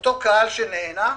אותו קהל שנהנה,